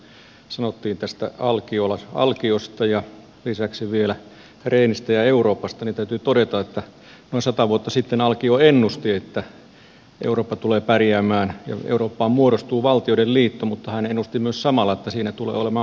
kun täällä jossain vaiheessa sanottiin tästä alkiosta ja lisäksi vielä rehnistä ja euroopasta niin täytyy todeta että noin sata vuotta sitten alkio ennusti että eurooppa tulee pärjäämään ja eurooppaan muodostuu valtioiden liitto mutta hän ennusti samalla myös että siinä tulee olemaan hallinnollisia ongelmia